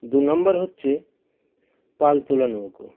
দু নম্বর হচ্ছে পাল তোলা নৌকো